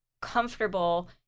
comfortable